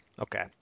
Okay